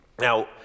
Now